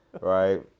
right